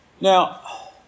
Now